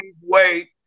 wait